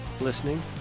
listening